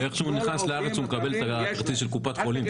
איך שהוא נכנס לארץ הוא מקבל את הכרטיס של קופת חולים,